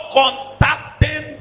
contacting